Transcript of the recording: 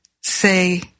say